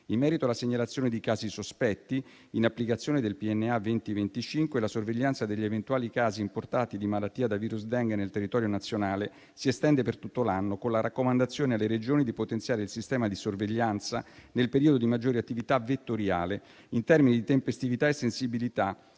In merito alla segnalazione di casi sospetti, in applicazione del PNA 2025, la sorveglianza degli eventuali casi importati di malattia da virus Dengue nel territorio nazionale si estende per tutto l'anno, con la raccomandazione alle Regioni di potenziare il sistema di sorveglianza nel periodo di maggior attività vettoriale in termini di tempestività e sensibilità,